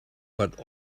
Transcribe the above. but